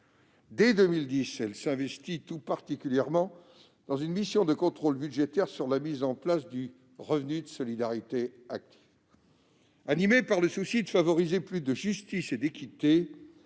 Dès 2010, elle s'investit tout particulièrement dans une mission de contrôle budgétaire sur la mise en place du revenu de solidarité active. Animée par le souci de favoriser plus de justice et d'équité,